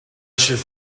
should